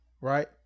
right